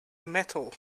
metal